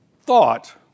thought